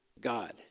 God